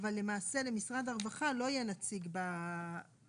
אבל למעשה למשרד הרווחה לא יהיה נציג במועצה?